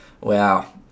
Wow